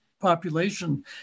population